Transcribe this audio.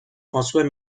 françois